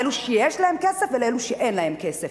לאלו שיש להם כסף ולאלו שאין להם כסף,